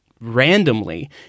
randomly